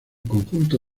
conjunto